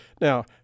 Now